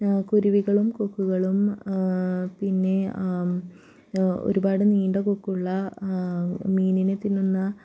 കുരുവികളും കൊക്കുകളും പിന്നെ ഒരുപാട് നീണ്ട കൊക്കുള്ള മീനിനെ തിന്നുന്ന